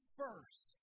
first